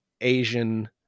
asian